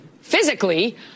physically